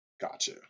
Gotcha